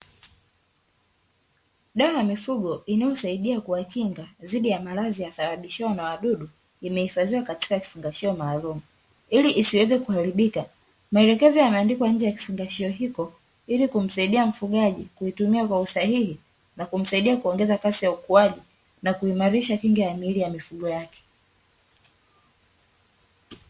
Dawa ya mifugo inayosaidia kuwakinga dhidi ya maradhi yasababishwayo na wadudu, imehifadhiwa katika kifungashio maalumu ili isiweze kuharibika. Maelekezo yameandikwa nje ya kifungashio hiko ili kumsaidia mfugaji kuitumia kwa usahihi na kumsaidia kuongeza kasi ya ukuaji na kuimarisha kinga ya miili ya mifugo yake.